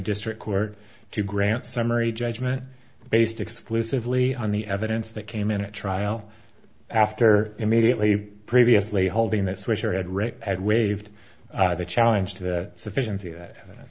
district court to grant summary judgment based exclusively on the evidence that came in a trial after immediately previously holding that swisher had rate had waived the challenge to the sufficiency that